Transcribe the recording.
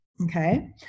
Okay